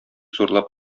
зурлап